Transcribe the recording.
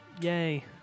Yay